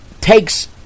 takes